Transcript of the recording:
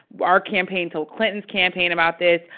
our campaign told clinton's campaign about this.